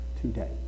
today